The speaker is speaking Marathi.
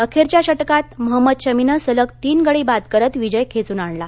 अखेरच्या षटकांत मोहम्मद शमीनं सलग तीन गडी बाद करत विजय खेचून आणला